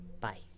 Bye